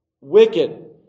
wicked